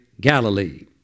Galilee